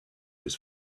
was